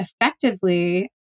effectively